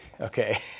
okay